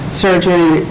surgery